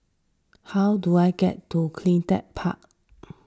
how do I get to CleanTech Park